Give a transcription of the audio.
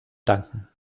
danken